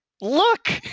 look